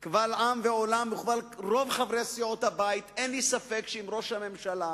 קבל עם ועולם וקבל רוב חברי סיעות הבית: אין לי ספק שאם ראש הממשלה